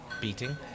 beating